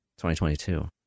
2022